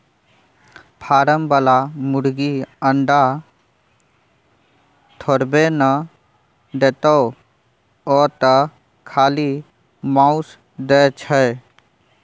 form बला मुरगी अंडा थोड़बै न देतोउ ओ तँ खाली माउस दै छै